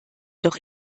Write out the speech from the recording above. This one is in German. doch